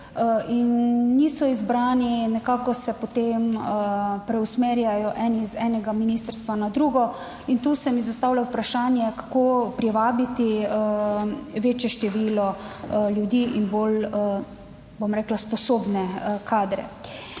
Niso izbrani in nekako se potem preusmerjajo eni iz enega ministrstva na drugo. In tu se mi zastavlja vprašanje, kako privabiti večje število ljudi in bolj, bom rekla, sposobne kadre?